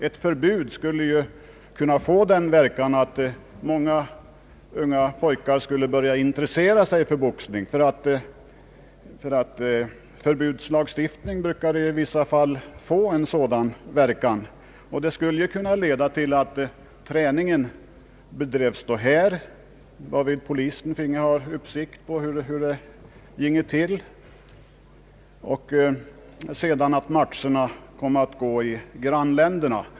Ett förbud skulle kunna få den verkan att många unga pojker började intressera sig för proffsboxning. Förbudslagstiftning brukar i vissa fall få en sådan verkan. Det skulle kunna leda till att träningen bedrevs här, varvid polisen finge ha uppsikt över hur det går till, och att matcherna sedan skulle gå i grannländerna.